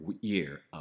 year